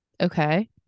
Okay